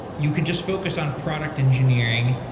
you can just focus on product engineering.